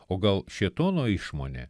o gal šėtono išmonė